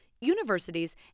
universities